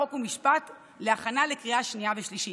חוק ומשפט להכנה לקריאה שנייה ושלישית.